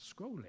scrolling